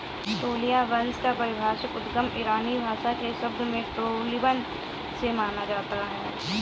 ट्यूलिया वंश का पारिभाषिक उद्गम ईरानी भाषा के शब्द टोलिबन से माना जाता है